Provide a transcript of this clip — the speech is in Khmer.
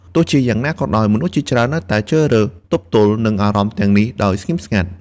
ទោះជាយ៉ាងណាក៏ដោយ មនុស្សជាច្រើននៅតែជ្រើសរើសទប់ទល់នឹងអារម្មណ៍ទាំងនេះដោយស្ងៀមស្ងាត់។